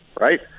right